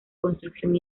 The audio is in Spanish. construcción